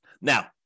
Now